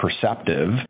perceptive